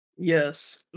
Yes